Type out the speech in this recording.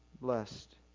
Blessed